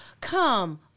come